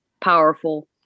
powerful